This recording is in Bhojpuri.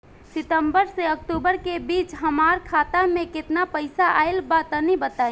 सितंबर से अक्टूबर के बीच हमार खाता मे केतना पईसा आइल बा तनि बताईं?